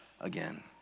again